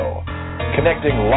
connecting